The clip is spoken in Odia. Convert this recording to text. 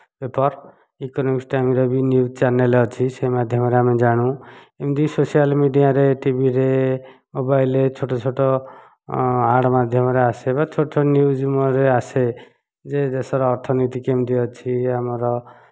ପେପର୍ ଇକୋନୋମିକ୍ସ ଟାଇମ୍ରେ ବି ନ୍ୟୁଜ୍ ଚ୍ୟାନେଲ୍ ଅଛି ସେ ମାଧ୍ୟମରେ ଆମେ ଜାଣୁ ଏମିତି ସୋସିଆଲ୍ ମିଡ଼ିଆରେ ଟିଭିରେ ମୋବାଇଲ୍ରେ ଛୋଟ ଛୋଟ ଆଡ଼୍ ମାଧ୍ୟମରେ ଆସେ ବା ଛୋଟ ଛୋଟ ନ୍ୟୁଜ୍ରେ ଆସେ ଯେ ଦେଶର ଅର୍ଥନୀତି କେମିତି ଅଛି ଆମର